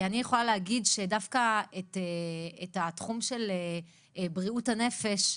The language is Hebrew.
אני יכולה להגיד שדווקא את התחום של בריאות הנפש,